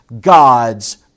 God's